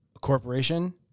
corporation